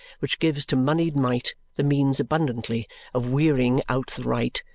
which gives to monied might the means abundantly of wearying out the right,